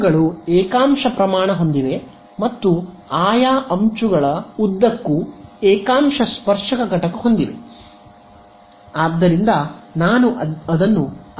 ಇವುಗಳು ಏಕಾಂಶ ಪ್ರಮಾಣ ಹೊಂದಿವೆ ಮತ್ತು ಆಯಾ ಅಂಚುಗಳ ಉದ್ದಕ್ಕೂ ಏಕಾಂಶ ಸ್ಪರ್ಶಕ ಘಟಕ ಹೊಂದಿವೆ